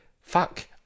Fuck